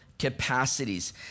capacities